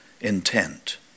intent